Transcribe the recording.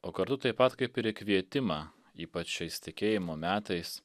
o kartu taip pat kaip ir į kvietimą ypač šiais tikėjimo metais